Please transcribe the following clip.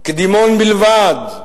קדימון בלבד,